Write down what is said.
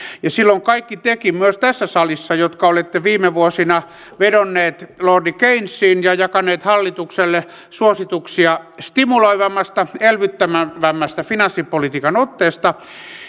huomatkaa kaikki tekin myös tässä salissa jotka olette viime vuosina vedonneet lordi keynesiin ja jakaneet hallitukselle suosituksia stimuloivammasta elvyttävämmästä finanssipolitiikan otteesta